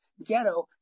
ghetto